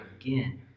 Again